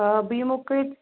آ بہٕ یِمو کٔتۍ